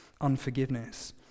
unforgiveness